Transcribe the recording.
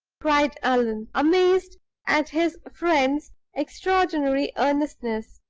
cried allan, amazed at his friend's extraordinary earnestness.